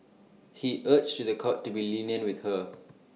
he urged to The Court to be lenient with her